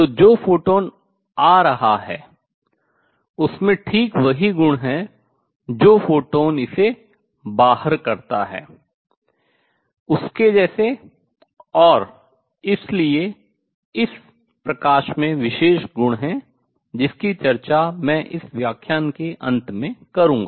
तो जो फोटॉन आ निकल रहा है उसमें ठीक वही गुण हैं जो फोटॉन इसे बाहर करता है उसके जैसे और इसलिए इस प्रकाश में विशेष गुण हैं जिसकी चर्चा मैं इस व्याख्यान के अंत में करूंगा